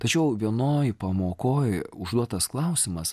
tačiau vienoj pamokoj užduotas klausimas